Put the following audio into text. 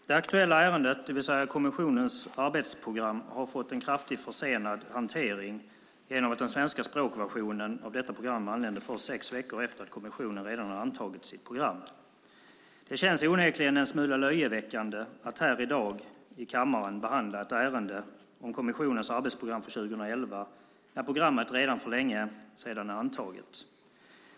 Herr talman! Det aktuella ärendet, det vill säga kommissionens arbetsprogram, har fått en kraftigt försenad hantering genom att den svenska språkversionen av detta program anlände först sex veckor efter det att kommissionen redan hade antagit sitt program. Det känns onekligen en smula löjeväckande att här i dag i kammaren behandla ett ärende om kommissionens arbetsprogram för 2011 när programmet redan för länge sedan är antaget.